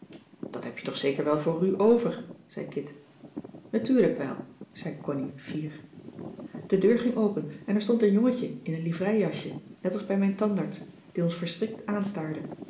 dat heb je toch zeker wel voor ru over zei kit natuurlijk wel zei connie fier de deur ging open en er stond een jongetje in een livreijasje net als bij mijn tandarts die ons verschrikt aanstaarde